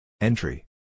Entry